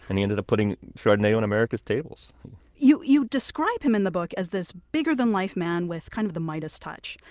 and he ended up putting chardonnay on america's tables you you describe him in the book as this bigger-than-life man with kind of the midas touch.